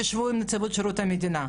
תשבו עם נציבות שירות המדינה,